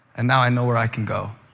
and now i know where i can go.